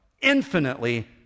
infinitely